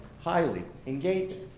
highly engaging.